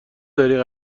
داری